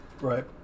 Right